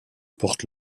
porte